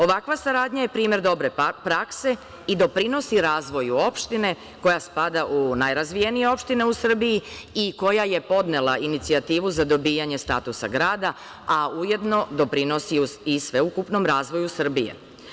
Ovakva saradnja je primer dobre prakse i doprinosi razvoju opštine koja spada u najrazvijenije opštine u Srbiji i koja je podnela inicijativu za dobijanje statusa grada, a ujedno doprinosi i sveukupnom razvoju Srbije.